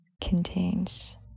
contains